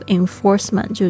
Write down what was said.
enforcement